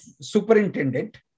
superintendent